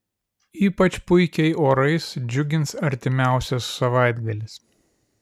ypač puikiai orais džiugins artimiausias savaitgalis